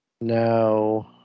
No